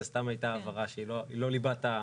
זה סתם הייתה הבהרה, שהיא לא ליבה.